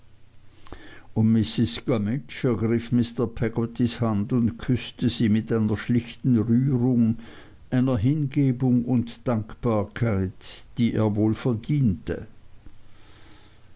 mrs gummidge ergriff mr peggottys hand und küßte sie mit einer schlichten rührung einer hingebung und dankbarkeit die er wohl verdiente